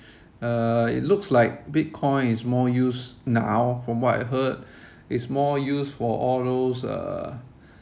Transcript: uh it looks like bitcoin is more used now from what I heard is more used for all those uh